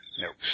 Nope